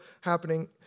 happening